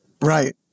Right